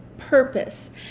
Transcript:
purpose